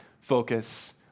focus